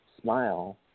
smile